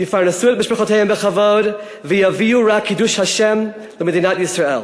יפרנסו את משפחותיהם בכבוד ויביאו רק קידוש השם למדינת ישראל.